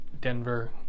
Denver